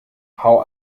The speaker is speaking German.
hau